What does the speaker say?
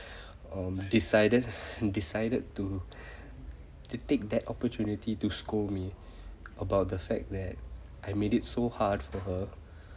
um decided decided to to take that opportunity to scold me about the fact that I made it so hard for her